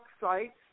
sites